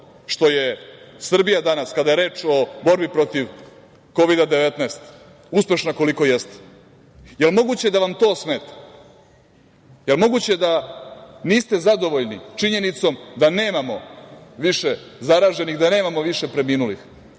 što je Srbija danas, kada je reč o borbi protiv Kovida 19, uspešna koliko jeste? Jel moguće da vam to smeta? Jel moguće da niste zadovoljni činjenicom da nemamo više zaraženih, da nemamo više preminulih,